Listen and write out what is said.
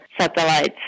satellites